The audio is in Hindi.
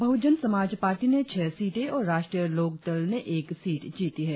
बहुमत समाज पार्टी ने छह सीटें और राष्ट्रीय लोकदल ने एक सीट जीती है